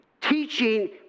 teaching